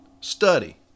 study